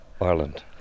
Ireland